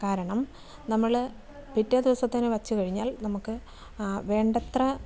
കാരണം നമ്മൾ പിറ്റേ ദിവസം തന്നെ വെച്ച് കഴിഞ്ഞാൽ നമുക്ക് വേണ്ടത്ര